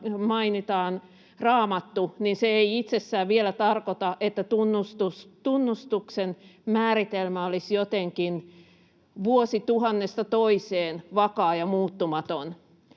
mainitaan Raamattu, ei itsessään vielä tarkoita, että tunnustuksen määritelmä olisi jotenkin vuosituhannesta toiseen vakaa ja muuttumaton.